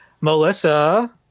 Melissa